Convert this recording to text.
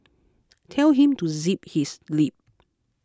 tell him to zip his lip